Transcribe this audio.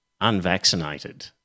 unvaccinated